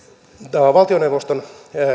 tämä valtioneuvoston